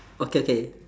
okay okay